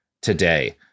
today